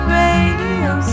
radio